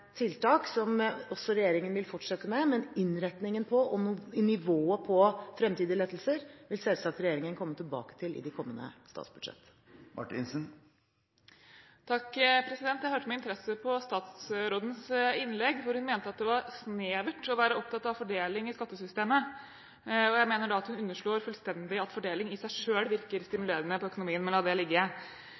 tiltak som også regjeringen vil fortsette med, men innretningen og nivået på fremtidige lettelser vil selvsagt regjeringen komme tilbake til i de kommende statsbudsjett. Jeg hørte med interesse på statsrådens innlegg, hvor hun mente at det var snevert å være opptatt av fordeling i skattesystemet. Jeg mener at hun underslår fullstendig at fordeling i seg selv virker stimulerende på økonomien – men la det ligge.